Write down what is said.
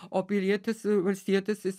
o pilietis valstietis jis